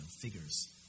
figures